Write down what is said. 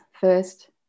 first